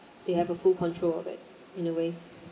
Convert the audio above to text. they have a full control of it in a way